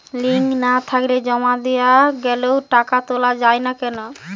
Link না থাকলে জমা দেওয়া গেলেও টাকা তোলা য়ায় না কেন?